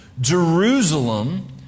Jerusalem